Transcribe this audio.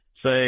Say